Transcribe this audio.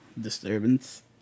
Disturbance